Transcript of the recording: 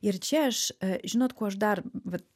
ir čia aš žinot ko aš dar va